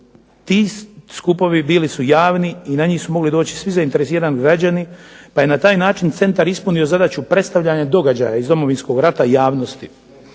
Ti skupovi bili su javni i na njih su mogli doći svi zainteresirani građani pa je na taj način centar ispunio zadaću predstavljanja događaja iz Domovinskog rata javnosti.